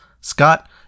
Scott